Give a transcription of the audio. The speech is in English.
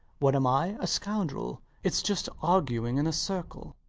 what am i? a scoundrel. it's just arguing in a circle.